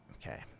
Okay